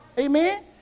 Amen